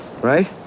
right